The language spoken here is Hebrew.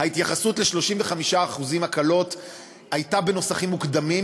ההתייחסות ל-35% הקלות הייתה בנוסחים מוקדמים,